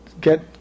get